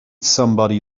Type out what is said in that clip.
somebody